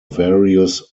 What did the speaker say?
various